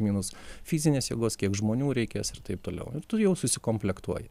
minus fizinės jėgos kiek žmonių reikės ir taip toliau ir tu jau susikomplektuoji